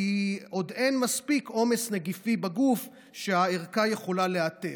כי עוד אין מספיק עומס נגיפי בגוף שהערכה יכולה לאתר.